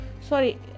sorry